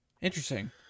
Interesting